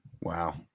Wow